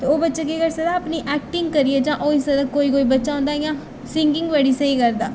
ते ओह् बच्चा केह् करी सकदा अपनी ऐक्टिंग करियै जां होई सकदा कोई कोई बच्चा होंदा इ'यां सिंगिंग बड़ी स्हेई करदा